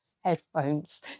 headphones